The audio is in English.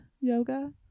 yoga